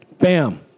Bam